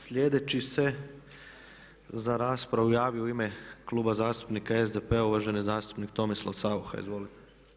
Sljedeći se za raspravu javio u ime Kluba zastupnika SDP-a uvaženi zastupnik Tomislav Saucha, izvolite.